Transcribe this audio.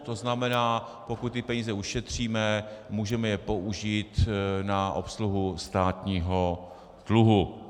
To znamená, pokud peníze ušetříme, můžeme je použít na obsluhu státního dluhu.